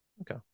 Okay